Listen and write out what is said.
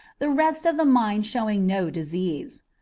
the rest of the mind showing no disease.